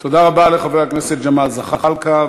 תודה רבה לחבר הכנסת ג'מאל זחאלקה.